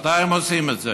מתי הם עושים את זה?